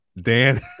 Dan